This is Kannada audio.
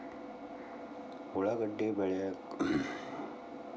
ಉಳ್ಳಾಗಡ್ಡಿ ಬೆಳಿಲಿಕ್ಕೆ ಎಷ್ಟು ನೇರ ಕೊಡಬೇಕು?